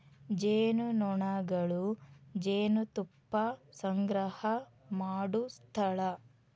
ಜೇನುನೊಣಗಳು ಜೇನುತುಪ್ಪಾ ಸಂಗ್ರಹಾ ಮಾಡು ಸ್ಥಳಾ